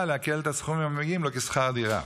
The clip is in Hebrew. לעקל את הסכומים המגיעים לו כשכר דירה,